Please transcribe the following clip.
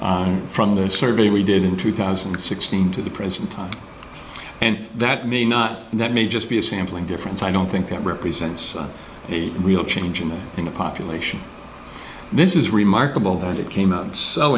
different from the survey we did in two thousand and sixteen to the present time and that may not that may just be a sampling difference i don't think it represents a real change in the population this is remarkable that it came out so